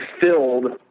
filled